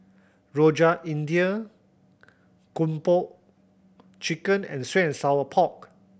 Rojak India Kung Po Chicken and sweet and sour pork